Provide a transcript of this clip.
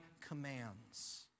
commands